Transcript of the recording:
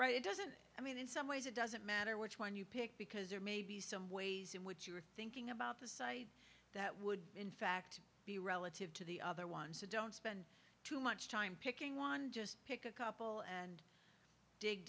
right it doesn't i mean in some ways it doesn't matter which one you pick because there may be some ways in which thinking about the site that would in fact be relative to the other one so don't spend too much time picking one just pick a couple and dig